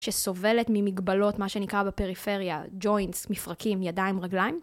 שסובלת ממגבלות, מה שנקרא בפריפריה, ג'וינטס, מפרקים, ידיים, רגליים.